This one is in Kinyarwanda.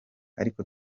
ariko